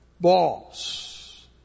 Boss